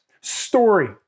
story